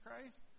Christ